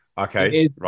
okay